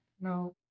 No